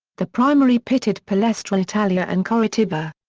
the primary pitted palestra italia and coritiba.